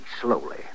slowly